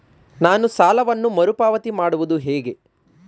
ನಾನು ಸಾಲವನ್ನು ಮರುಪಾವತಿ ಮಾಡುವುದು ಹೇಗೆ?